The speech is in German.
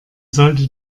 sollte